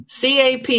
CAP